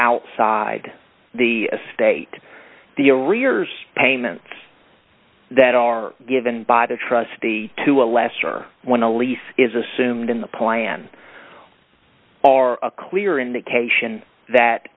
outside the state the arrears payments that are given by the trustee to a lesser when the lease is assumed in the plan are a clear indication that